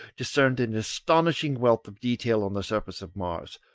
discerned an astonishing wealth of detail on the surface of mars,